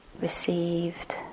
received